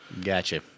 Gotcha